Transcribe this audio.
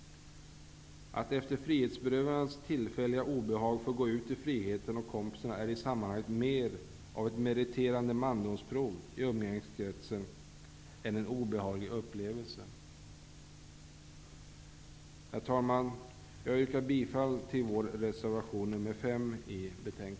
Att efter frihetsberövandets tillfälliga obehag få gå ut i friheten till kompisarna är i sammanhanget mer av ett meriterande mandomsprov i umgängeskretsen än en obehaglig upplevelse. Herr talman! Jag yrkar bifall till vår reservation nr